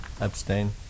abstain